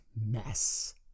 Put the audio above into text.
mess